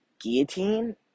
guillotine